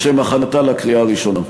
לשם הכנתה לקריאה הראשונה.